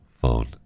phone